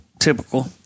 typical